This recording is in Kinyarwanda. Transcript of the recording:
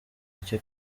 icyo